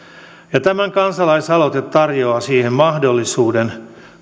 ja tämä kansalaisaloite tarjoaa mahdollisuuden